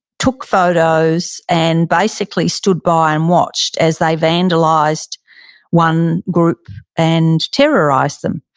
took photos, and basically stood by and watched as they vandalized one group and terrorized them.